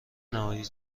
نهایی